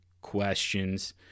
questions